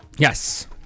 Yes